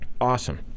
awesome